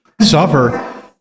suffer